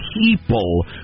people